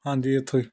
ਹਾਂਜੀ ਇੱਥੋਂ